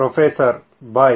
professor by